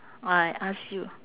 I ask you